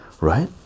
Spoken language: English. right